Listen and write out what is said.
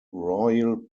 royal